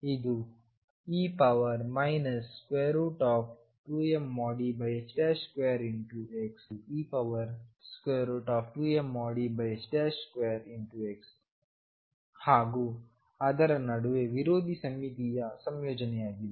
ಇದುe 2mE2x ಇದುe2mE2x ಹಾಗೂ ಅದರ ನಡುವೆ ವಿರೋಧಿ ಸಮ್ಮಿತೀಯ ಸಂಯೋಜನೆಯಾಗಿದೆ